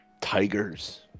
Tigers